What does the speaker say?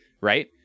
Right